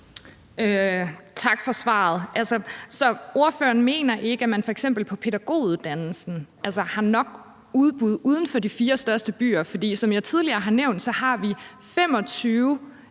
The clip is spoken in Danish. Tak for svaret. Så ordføreren mener ikke, at man f.eks. på pædagoguddannelsen har nok udbud uden for de fire største byer. For som jeg tidligere har nævnt, ligger